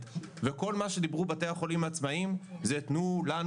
וכל מה שדיברנו בתי החולים העצמאיים זה: תנו לנו